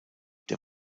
der